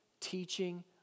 teaching